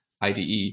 IDE